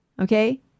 okay